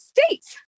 states